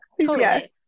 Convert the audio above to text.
Yes